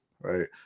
right